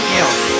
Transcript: else